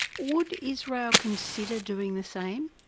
would israel consider doing the same?